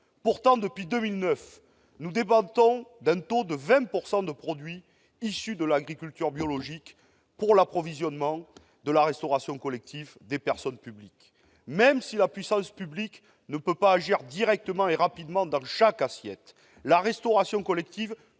Pourtant, depuis 2009, nous débattons de la fixation d'un taux de 20 % de produits issus de l'agriculture biologique pour l'approvisionnement de la restauration collective assurée par les personnes publiques. Même si la puissance publique ne peut pas agir directement et rapidement sur chaque assiette, la restauration collective